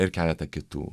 ir keleta kitų